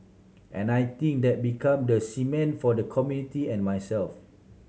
and I think that become the cement for the community and myself